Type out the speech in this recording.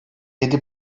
yedi